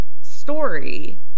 story